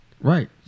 right